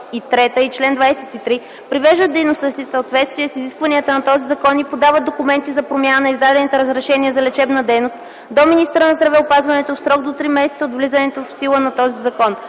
и 3 и чл. 23, привеждат дейността си в съответствие с изискванията на този закон и подават документи за промяна на издадените разрешения за лечебна дейност до министъра на здравеопазването в срок до три месеца от влизането в сила на този закон.